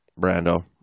Brando